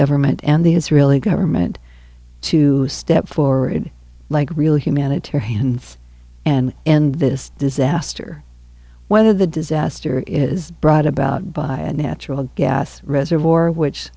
government and the israeli government to step forward like real humanitarian and end this disaster whether the disaster is brought about by a natural gas reservoir which